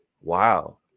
wow